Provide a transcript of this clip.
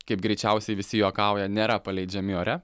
kaip greičiausiai visi juokauja nėra paleidžiami ore